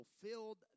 fulfilled